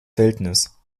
wildnis